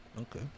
okay